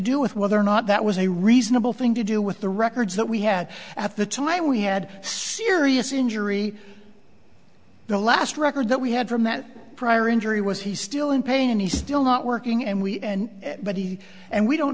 do with whether or not that was a reasonable thing to do with the records that we had at the time we had serious injury the last record that we had from that prior injury was he's still in pain and he's still not working and we and but he and we don't